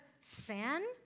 sin